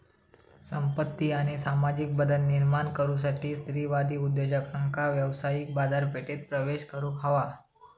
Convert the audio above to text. संपत्ती आणि सामाजिक बदल निर्माण करुसाठी स्त्रीवादी उद्योजकांका व्यावसायिक बाजारपेठेत प्रवेश करुक हवा